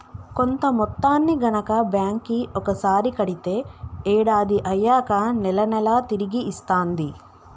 కొంత మొత్తాన్ని గనక బ్యాంక్ కి ఒకసారి కడితే ఏడాది అయ్యాక నెల నెలా తిరిగి ఇస్తాంది